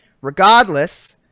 regardless